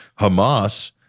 Hamas